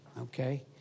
Okay